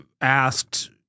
asked